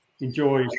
enjoy